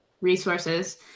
resources